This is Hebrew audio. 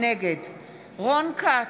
נגד רון כץ,